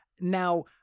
Now